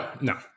No